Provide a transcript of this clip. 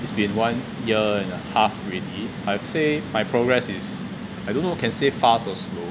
it's been one year and a half already I'd say my progress is I don't know you can say fast or slow